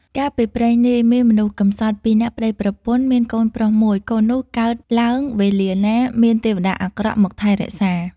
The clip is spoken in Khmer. កាលពីព្រេងនាយ មានមនុស្សកំសត់ពីរនាក់ប្តីប្រពន្ធ មានកូនប្រុសមួយ កូននោះកើតឡើងវេលាណា មានទេវតាអាក្រក់មកថែរក្សា ។